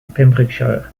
pembrokeshire